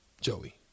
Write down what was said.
Joey